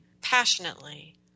passionately